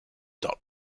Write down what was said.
dot